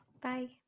Bye